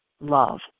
love